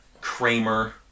Kramer